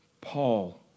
Paul